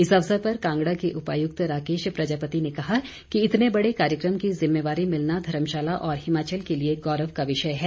इस अवसर पर कांगड़ा के उपायुक्त राकेश प्रजापति ने कहा कि इतने बड़े कार्यक्रम की जिम्मेवारी मिलना धर्मशाला और हिमाचल के लिए गौरव का विषय है